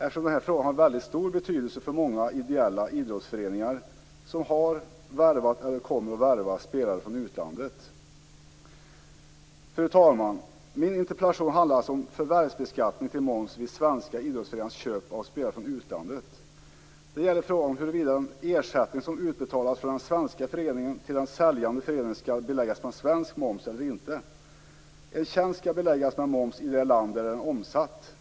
Frågan har ju väldigt stor betydelse för många ideella idrottsföreningar som har värvat, eller som kommer att värva, spelare från utlandet. Fru talman! Min interpellation handlar alltså om förvärvsbeskattning avseende moms vid svenska idrottsföreningars köp av spelare från utlandet. Det gäller alltså frågan om den ersättning som utbetalas från den svenska föreningen till den säljande föreningen skall beläggas med svensk moms eller inte. En tjänst skall beläggas med moms i det land där den är omsatt.